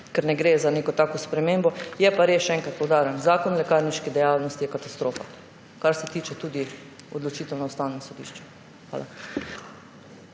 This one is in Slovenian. ker ne gre za neko tako spremembo. Je pa res, še enkrat poudarjam, Zakon o lekarniški dejavnosti je katastrofa, kar se tiče tudi odločitev na Ustavnem sodišču. Hvala.